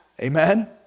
Amen